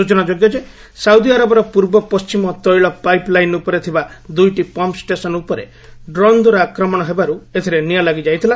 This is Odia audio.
ସୂଚନା ଯୋଗ୍ୟ ଯେ ସାଉଦିଆରବର ପୂର୍ବ ପଶ୍ଚିମ ତୈଳ ପାଇପ୍ ଲାଇନ୍ ଉପରେ ଥିବା ଦୁଇଟି ପମ୍ପ୍ ଷ୍ଟେସନ୍ ଉପରେ ଡ୍ରୋନ୍ ଦ୍ୱାରା ଆକ୍ରମଣ ହେବାରୁ ଏଥିରେ ନିଆଁ ଲାଗିଯାଇଥିଲା